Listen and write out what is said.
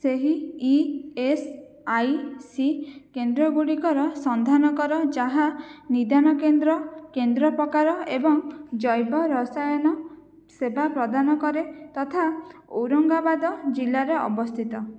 ସେହି E S I C କେନ୍ଦ୍ର ଗୁଡ଼ିକର ସନ୍ଧାନ କର ଯାହା ନିଦାନ କେନ୍ଦ୍ର କେନ୍ଦ୍ର ପ୍ରକାର ଏବଂ ଜୈବ ରସାୟନ ସେବା ପ୍ରଦାନ କରେ ତଥା ଔରଙ୍ଗାବାଦ ଜିଲ୍ଲାରେ ଅବସ୍ଥିତ